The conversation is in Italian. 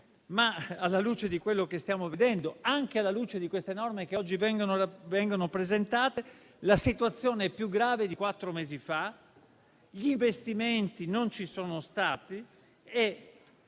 alla luce di quello che stiamo vedendo e anche delle norme che oggi vengono presentate, la situazione è più grave di quella di quattro mesi fa: gli investimenti non ci sono stati e